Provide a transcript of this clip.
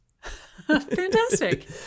Fantastic